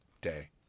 day